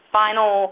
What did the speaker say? final